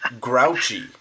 Grouchy